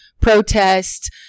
protest